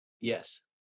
Yes